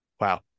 wow